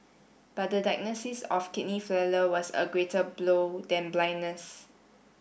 but the diagnosis of kidney failure was a greater blow than blindness